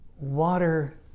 Water